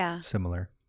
similar